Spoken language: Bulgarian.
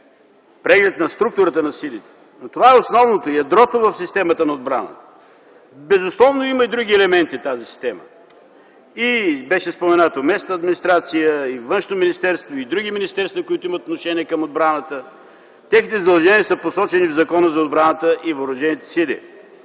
преглед на структурата на силите. Но това е основното, ядрото в системата на отбраната. Безусловно тази система има и други елементи. Беше спомената и местна администрация, и Външно министерство, и други министерства, които имат отношение към отбраната. Техните задължения са посочени в Закона за отбраната и въоръжените сили.